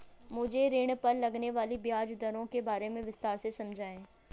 मुझे ऋण पर लगने वाली ब्याज दरों के बारे में विस्तार से समझाएं